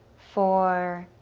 four,